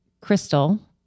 Crystal